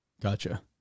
Gotcha